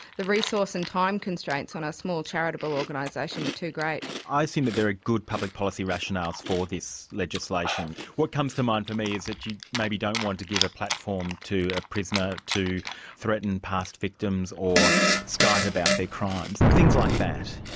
the resource and time constraints on our small charitable organisation were too great. i assume that there are good public policy rationales for this legislation. what comes to mind for me is that you maybe don't want to give a platform to a prisoner to threaten past victims or skite about their crimes. things like that.